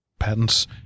patents